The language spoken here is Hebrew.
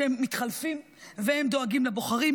שהם מתחלפים והם דואגים לבוחרים,